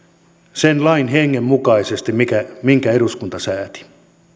sen lain hengen mukaisesti minkä eduskunta sääti